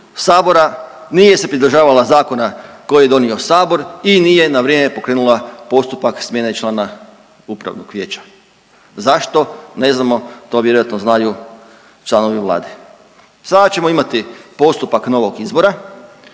nije se pridržavala zakona koji je donio sabor i nije na vrijeme pokrenula postupak smjene člana upravnog vijeća. Zašto? Ne znamo, to vjerojatno znaju članovi vlade. Sada ćemo imati postupak novog izbora,